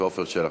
ועפר שלח.